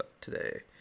today